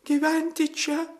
gyventi čia